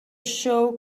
show